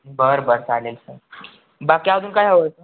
बरं बरं चालेल सर बाकी अजून काय हवं आहे सर